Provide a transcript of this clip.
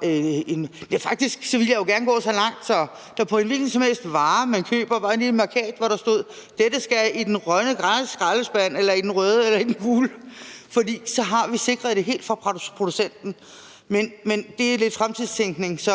til. Faktisk ville jeg jo gerne gå så langt som til, at der på en hvilken som helst vare, man køber, var en lille mærkat, hvor der stod, om det skulle i den grønne eller den røde eller den gule skraldespand. For så har vi sikret det helt fra producentleddet. Men det er lidt fremtidstænkning, så